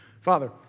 Father